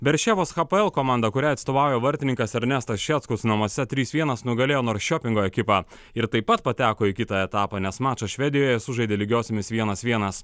ber ševos hapoel komanda kuriai atstovauja vartininkas ernestas šetkus namuose trys vienas nugalėjo noršiopingo ekipą ir taip pat pateko į kitą etapą nes mačą švedijoje sužaidė lygiosiomis vienas vienas